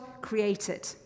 created